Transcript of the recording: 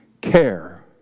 care